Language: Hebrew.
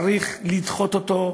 צריך לדחות אותו,